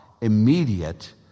immediate